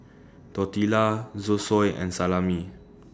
Tortillas Zosui and Salami